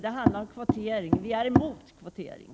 Det handlar om kvotering. Vi är emot kvotering.